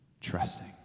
trusting